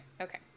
Okay